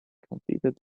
completed